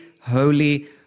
holy